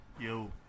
Yo